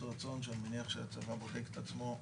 רצון שאני מניח שהצבא בודק את עצמו.